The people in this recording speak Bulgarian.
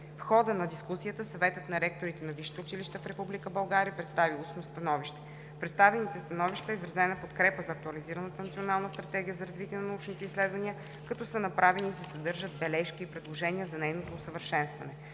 В хода на дискусията Съветът на ректорите на висшите училища в Република България представи устно становище. В представените становища е изразена подкрепа за актуализираната Национална стратегия за развитие на научните изследвания, като са направени и се съдържат бележки и предложения за нейното усъвършенстване.